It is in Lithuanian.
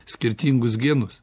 skirtingus genus